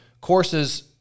courses